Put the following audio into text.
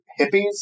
hippies